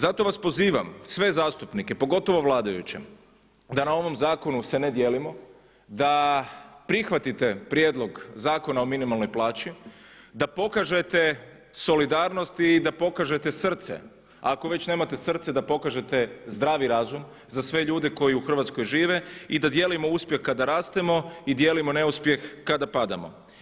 Zato vas pozivam sve zastupnike, pogotovo vladajuće da na ovom zakonu se ne dijelimo, da prihvatite Prijedlog zakona o minimalnoj plaći, da pokažete solidarnost i da pokažete srce, a ako već nemate srce da pokažete zdravi razum za sve ljude koji u Hrvatskoj žive i da dijelimo uspjeh kada rastemo i dijelimo neuspjeh kada padamo.